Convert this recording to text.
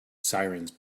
sirens